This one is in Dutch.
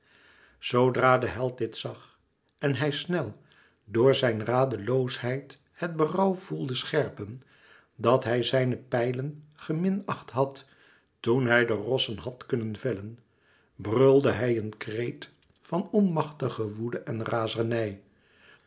zoodra de held dit zag en hij snel door zijn radeloosheid het berouw voelde scherpen dat hij zijne pijlen geminacht had toen hij de rossen had kunnen vellen brulde hij een kreet van onmachtige woede en razernij